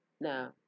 Now